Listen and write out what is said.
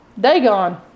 Dagon